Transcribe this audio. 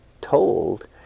told